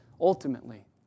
ultimately